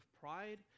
pride